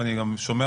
ואני גם שומע